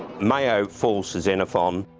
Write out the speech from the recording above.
mayo falls to xenophon. um